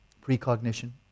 precognition